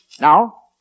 Now